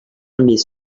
mes